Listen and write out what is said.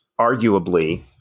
arguably